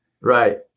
Right